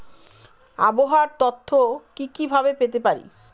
আবহাওয়ার তথ্য কি কি ভাবে পেতে পারি?